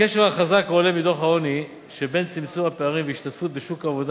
הקשר החזק העולה מדוח העוני שבין צמצום הפערים והשתתפות בשוק העבודה,